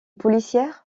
policière